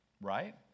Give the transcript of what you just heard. right